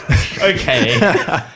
Okay